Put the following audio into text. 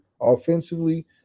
offensively